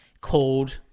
Called